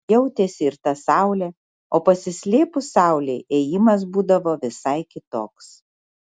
jautėsi ir ta saulė o pasislėpus saulei ėjimas būdavo visai kitoks